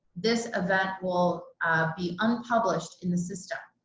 this event will be unpublished in the system.